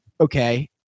okay